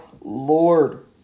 Lord